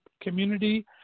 community